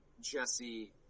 Jesse